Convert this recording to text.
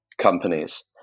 companies